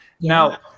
now